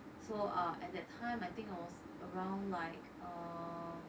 so uh at that time I think I was around like err